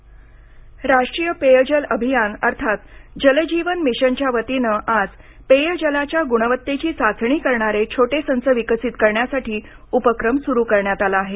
जल जीवन राष्ट्रीय पेयजल अभियान अर्थात जल जीवन मिशनच्या वतीनं आज पेयजलाच्या गुणवत्तेची चाचणी करणारे छोटे संच विकसित करण्यासाठी उपक्रम सुरू करण्यात आला आहे